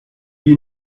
you